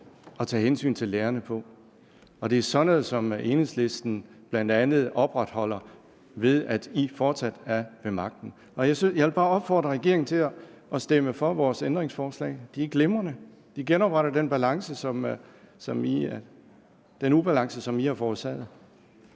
at tage hensyn til lærerne på, og det er bl.a. sådan noget, som Enhedslisten sørger for ved at holde regeringen ved magten. Jeg vil bare opfordre regeringen til at stemme for vores ændringsforslag, for de er glimrende, og de retter op på den ubalance, som man har forårsaget.